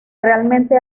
realmente